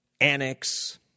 annex